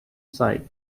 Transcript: site